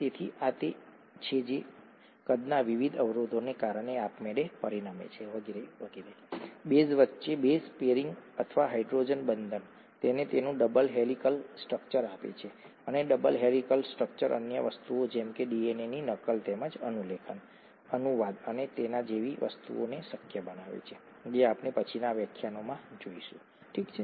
તેથી આ તે છે જે કદમાં વિવિધ અવરોધોને કારણે આપમેળે પરિણમે છે વગેરે વગેરે વગેરે બેઝ વચ્ચે બેઝ પેરિંગ અથવા હાઇડ્રોજન બંધન તેને તેનું ડબલ હેલિકલ સ્ટ્રક્ચર આપે છે અને ડબલ હેલિકલ સ્ટ્રક્ચર અન્ય વસ્તુઓ જેમ કે ડીએનએની નકલ તેમજ અનુલેખન અનુવાદ અને તેના જેવી વસ્તુઓને શક્ય બનાવે છે જે આપણે પછીનાં વ્યાખ્યાનોમાં જોઈશું ઠીક છે